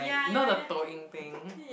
like you know the toh-ying thing